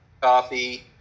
Coffee